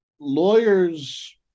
lawyers